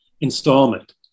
installment